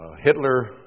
Hitler